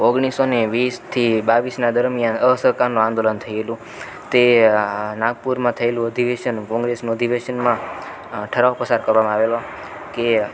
ઓગણીસસો ને વીસથી બાવીસનાં દરમ્યાન અસહકારનું આંદોલન થએલું તે નાગપુરમાં થએલું અધિવેશન કોંગ્રેસનું અધિવેશનમાં ઠરાવ પસાર કરવામાં આવેલો કે